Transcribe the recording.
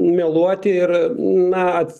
meluoti ir na